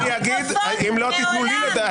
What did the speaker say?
מעולם לא סגרו מיקרופונים מעולם.